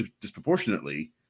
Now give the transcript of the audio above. disproportionately